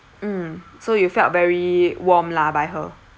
mm so you felt very warm lah by her